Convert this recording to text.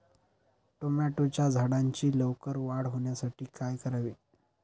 टोमॅटोच्या झाडांची लवकर वाढ होण्यासाठी काय करावे?